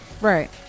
right